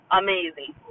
amazing